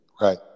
Right